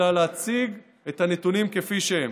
אלא להציג את הנתונים כפי שהם.